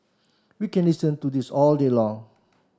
we can listen to this all day long